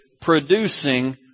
producing